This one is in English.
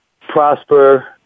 prosper